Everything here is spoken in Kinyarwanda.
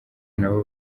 nabo